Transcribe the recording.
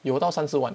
有到三四万